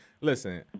listen